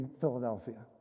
Philadelphia